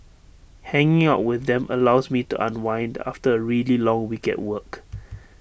hanging out with them allows me to unwind after A really long week at work